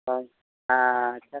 ᱦᱚᱭ ᱟᱪᱪᱷᱟ